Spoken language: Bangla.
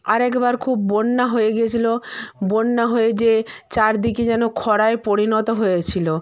আর একবার খুব বন্যা হয়ে গেছিলো বন্যা হয়ে যেয়ে চারদিকে যেন খরায় পরিণত হয়েছিলো